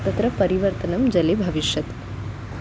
तत्र परिवर्तनं जले भविष्यति